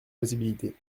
possibilité